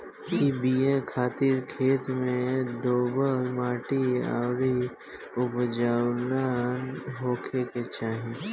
इ बिया खातिर खेत में दोमट माटी अउरी उपजाऊपना होखे के चाही